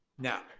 Now